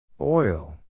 Oil